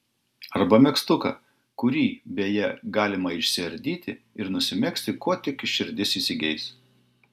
arba megztuką kurį beje galima išsiardyti ir nusimegzti ko tik širdis įsigeis